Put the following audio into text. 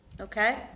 Okay